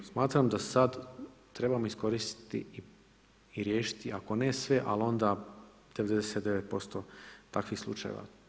Smatram da sada trebamo iskoristiti i riješiti ako ne sve, ali onda 99% takvih slučajeva.